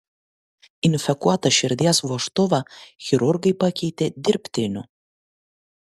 infekuotą širdies vožtuvą chirurgai pakeitė dirbtiniu